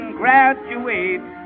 graduate